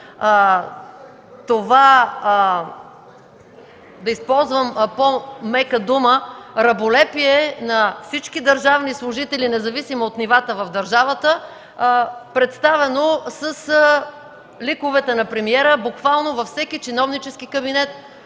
това, да използвам по-мека дума – раболепие, на всички държавни служители, независимо от нивата в държавата, представено с ликовете на премиера буквално във всеки чиновнически кабинет.